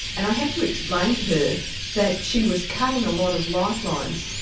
and i had to explain to her that she was cutting a lot of lifelines.